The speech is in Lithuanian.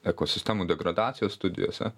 ekosistemų degradacijos studijose